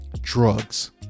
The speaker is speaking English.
drugs